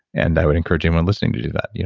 and i would encourage anyone listening to do that. you